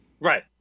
right